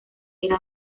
era